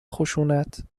خشونت